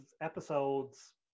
episodes